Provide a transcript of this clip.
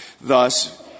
Thus